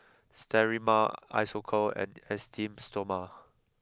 Sterimar Isocal and Esteem Stoma